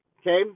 Okay